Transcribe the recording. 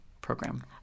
program